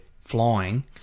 flying